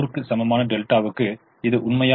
100 க்கு சமமான டெல்டாவுக்கு இது உண்மையா